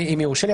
אם יורשה לי,